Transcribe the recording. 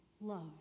love